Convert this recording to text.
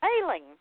failing